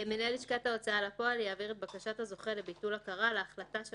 מנהל לשכת ההוצאה לפועל יעביר את בקשת הזוכה לביטול הכרה להחלטה של